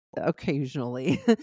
occasionally